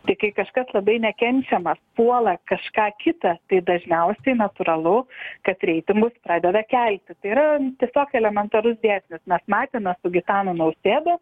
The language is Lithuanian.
tai kai kažkas labai nekenčiamas puola kažką kitą tai dažniausiai natūralu kad reitingus pradeda kelti tai yra tiesiog elementarus dėsnis mes matėme su gitanu nausėda